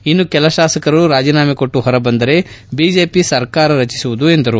ಇನ್ನೂ ಕೆಲ ಶಾಸಕರು ರಾಜೀನಾಮೆ ಕೊಟ್ಟು ಹೊರಬಂದರೆ ಬಿಜೆಪಿ ಸರ್ಕಾರ ರಚಿಸುವುದು ಎಂದರು